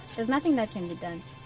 is nothing that can be done.